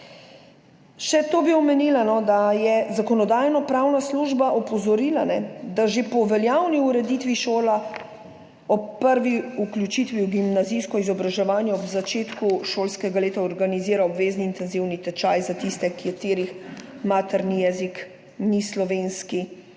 Še to bi omenila, da je Zakonodajno-pravna služba opozorila, da že po veljavni ureditvi šola ob prvi vključitvi v gimnazijsko izobraževanje ob začetku šolskega leta organizira obvezni intenzivni tečaj za tiste, katerih materni jezik ni slovenski.